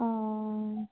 हां